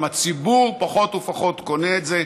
גם הציבור פחות ופחות קונה את זה.